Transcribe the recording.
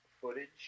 footage